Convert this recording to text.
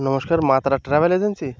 নমস্কার Maa Tara travel agency